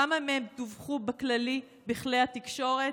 כמה מהם דווחו בכללי בכלי התקשורת?